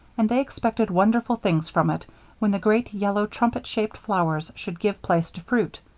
and they expected wonderful things from it when the great yellow trumpet-shaped flowers should give place to fruit,